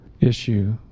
issue